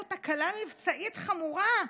והייתה לנו תקלה מבצעית חמורה מאוד,